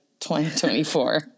2024